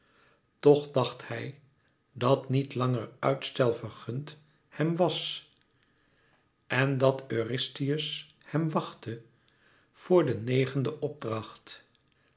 toch dacht hij dat niet langer uitstel vergund hem was en dat eurystheus hem wachtte voor den negenden opdracht